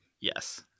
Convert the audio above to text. Yes